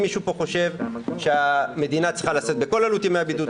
אם מישהו חושב שהמדינה צריכה לשאת בכל עלות ימי הבידוד,